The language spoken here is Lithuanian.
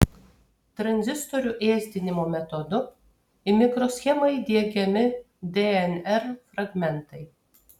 tranzistorių ėsdinimo metodu į mikroschemą įdiegiami dnr fragmentai